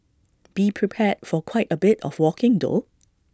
be prepared for quite A bit of walking though